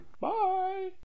Bye